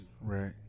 Right